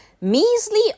measly